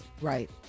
Right